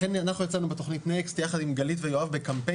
לכן אנחנו יצאנו בתכנית NEXT יחד עם גלית ויואב בקמפיין